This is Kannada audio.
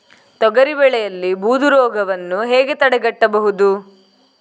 ತೊಗರಿ ಬೆಳೆಯಲ್ಲಿ ಬೂದು ರೋಗವನ್ನು ಹೇಗೆ ತಡೆಗಟ್ಟಬಹುದು?